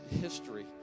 history